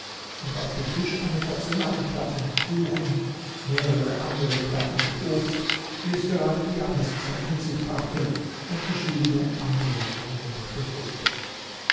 und auf den tisch eine porzellanplatte mit kuchen mehrere andere platten mit obst wie es gerade die jahreszeit mit sich brachte und verschiedene andere eingemachte früchte